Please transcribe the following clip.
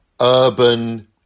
urban